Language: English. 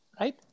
Right